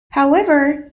however